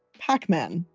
pac-man.